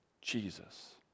Jesus